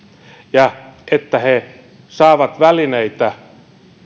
ja että he saavat välineitä